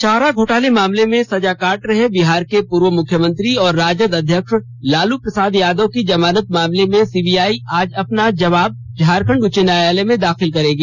चारा घोटाले मामले में सजा काट रहे बिहार के पूर्व मुख्यमंत्री और राजद अध्यक्ष लालू प्रसाद यादव की जमानत मामले में सीबीआइ आज अपना जवाब झारखंड उच्च न्यायालय में दाखिल करेगी